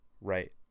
right